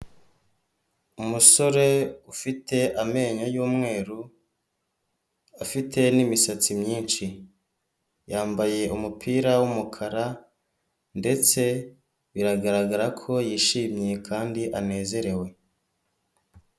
Umusore ufite amenyo y'umweru, afite n'imisatsi myinshi, yambaye umupira w'umukara ndetse biragaragara ko yishimye kandi anezerewe.